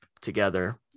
together